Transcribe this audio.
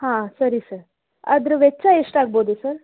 ಹಾಂ ಸರಿ ಸರ್ ಅದ್ರ ವೆಚ್ಚ ಎಷ್ಟಾಗ್ಬೋದು ಸರ್